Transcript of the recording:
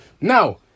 Now